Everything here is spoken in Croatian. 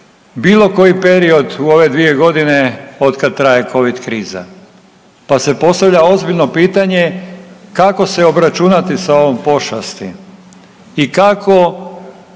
bilo koji period u ove 2.g. otkad traje covid kriza, pa se postavlja ozbiljno pitanje kako se obračunati sa ovom pošasti i kako